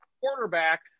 quarterback